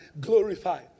glorified